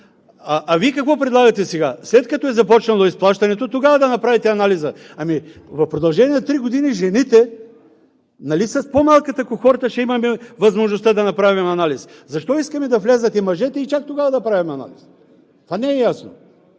А Вие какво предлагате сега? След като е започнало изплащането, тогава да направите анализа?! Ами в продължение на три години жените… Нали с по-малката кохорта ще имаме възможността да направим анализ? Защо искаме да влязат и мъжете и чак тогава да правим анализ?! Това не е ясно.